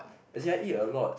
as in I eat a lot